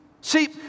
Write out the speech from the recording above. See